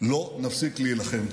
לא נפסיק להילחם.